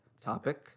topic